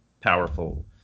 powerful